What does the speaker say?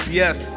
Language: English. yes